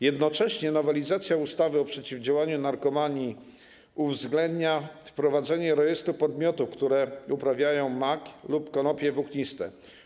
Jednocześnie nowelizacja ustawy o przeciwdziałaniu narkomanii uwzględnia wprowadzenie rejestru podmiotów, które uprawiają mak lub konopie włókniste.